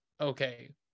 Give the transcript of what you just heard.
okay